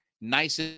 nice